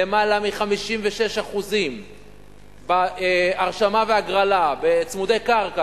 יותר מ-56% בהרשמה והגרלה בצמודי קרקע